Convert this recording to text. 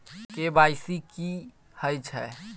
KYC की हय छै?